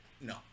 No